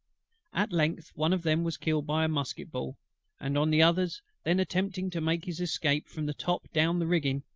at length one of them was killed by a musket-ball and on the other's then attempting to make his escape from the top down the rigging,